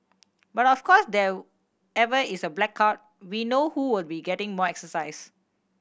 but of course there ever is a blackout we know who will be getting more exercise